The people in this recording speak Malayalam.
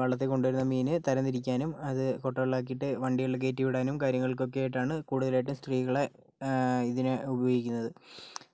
വള്ളത്തിൽ നിന്ന് കൊണ്ടുവരുന്ന മീന് തരം തിരിക്കാനും അത് കുട്ടകളിലാക്കിയിട്ട് വണ്ടികളില് കയറ്റി വിടാനും കാര്യങ്ങൾക്കുമൊക്കെ ആയിട്ടാണ് കൂടുതലായിട്ടും സ്ത്രീകളെ ഇതിന് ഉപയോഗിക്കുന്നത്